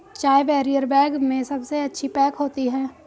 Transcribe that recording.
चाय barrier bag में सबसे अच्छी पैक होती है